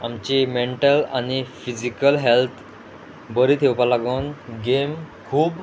आमची मेंटल आनी physical health बरी थेवपा लागून गेम खूब